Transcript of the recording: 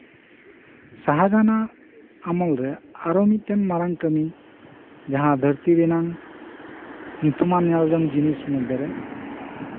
ᱥᱟᱦᱟᱡᱟᱦᱟᱱ ᱟᱜ ᱟᱢᱚᱞᱨᱮ ᱟᱨᱚ ᱢᱤᱫᱴᱟᱱ ᱢᱟᱨᱟᱝ ᱠᱟᱹᱢᱤ ᱫᱷᱟᱹᱨᱛᱤ ᱨᱮᱱᱟᱜ ᱧᱩᱛᱢᱟᱱ ᱧᱮᱞ ᱡᱚᱝ ᱡᱤᱱᱤᱥ ᱢᱚᱫᱽᱫᱷᱮᱨᱮ